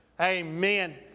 Amen